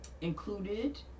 included